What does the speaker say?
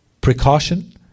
precaution